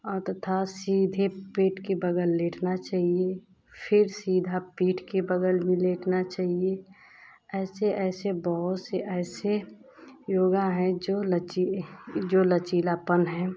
और तथा सीधे पेट के बगल लेटना चाहिए फिर सीधा पीठ के बगल में लेटना चाहिए ऐसे ऐसे बहुत से ऐसे योगा हैं जो लची जो लचीलापन है